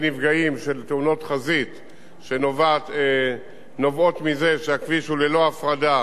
שנובעות מזה שהכביש הוא ללא הפרדה והוא לא דו-נתיבי ודו-מסלולי,